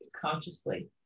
consciously